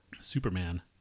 Superman